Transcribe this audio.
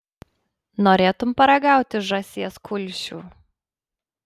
norėtum paragauti žąsies kulšių